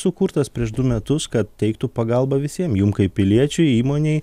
sukurtas prieš du metus kad teiktų pagalbą visiem jum kaip piliečiui įmonei